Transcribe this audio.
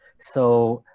so